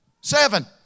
Seven